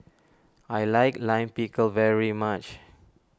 I like Lime Pickle very much